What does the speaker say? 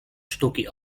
sztuki